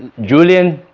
julien,